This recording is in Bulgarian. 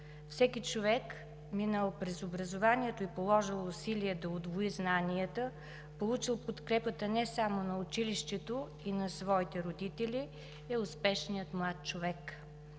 Всеки човек, минал през образованието и положил усилия да удвои знанията, получил подкрепата не само на училището, а и на своите родители, е успешният млад човек.